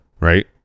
right